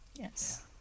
Yes